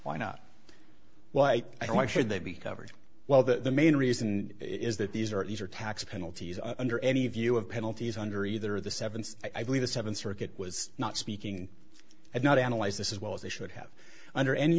why not why i why should that be covered well the main reason is that these are these are tax penalties under any view of penalties under either of the seven i believe the seventh circuit was not speaking of not analyze this is well as they should have under any